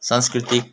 सांस्कृतिक